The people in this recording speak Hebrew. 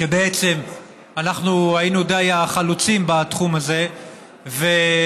בעצם אנחנו היינו החלוצים בתחום הזה והובלנו